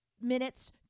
minutes